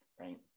right